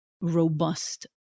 robust